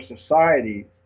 society